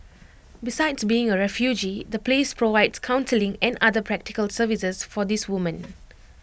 besides being A refuge the place provides counselling and other practical services for these women